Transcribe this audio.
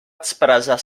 expressar